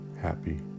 happy